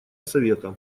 совета